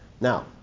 Now